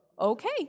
Okay